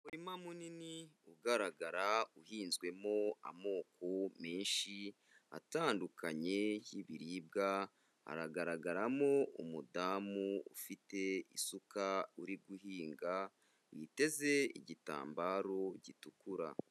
Umurima munini ugaragara uhinzwemo amoko menshi atandukanye y'ibiribwa, haragaragaramo umudamu ufite isuka uri guhinga witeze igitambaro gitukura.